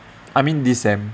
I mean this sem~